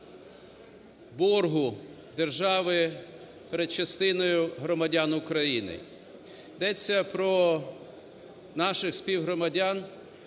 боргу держави перед частиною громадян України. Йдеться про наших співгромадян,